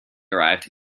derived